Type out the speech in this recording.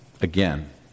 Again